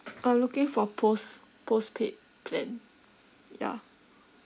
uh looking for post~ postpaid plan yeah